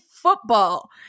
football